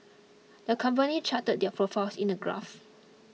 the company charted their profits in the graph